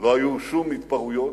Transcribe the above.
היו שום התפרעויות,